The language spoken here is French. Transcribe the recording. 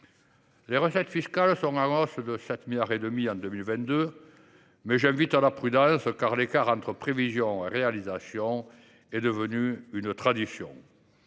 Les recettes fiscales sont en hausse de 7,5 milliards d’euros en 2022, mais j’invite à la prudence, car l’écart entre prévisions et réalisations est devenu une tradition.